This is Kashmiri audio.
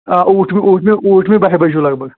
آ ٲٹھمہِ ٲٹھمہِ ٲٹھمہِ بَہہِ بَجہِ ہیوٗ لگ بگ